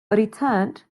returned